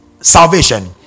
salvation